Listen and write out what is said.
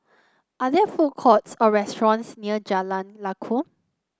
are there food courts or restaurants near Jalan Lakum